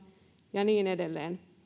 ja niin edelleen